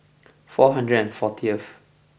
four hundred and fourteenth